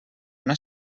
una